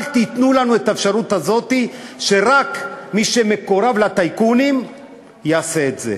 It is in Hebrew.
אל תיתנו לנו את האפשרות הזאת שרק מי שמקורב לטייקונים יעשה את זה.